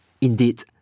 Indeed